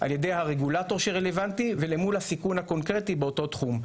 ע"י הרגולטור שרלוונטי ולמול הסיכון הקונקרטי באותו תחום.